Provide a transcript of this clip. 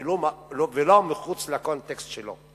ולא מחוץ לקונטקסט שלו.